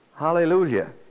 Hallelujah